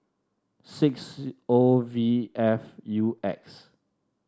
six O V F U X